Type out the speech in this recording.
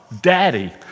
Daddy